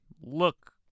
look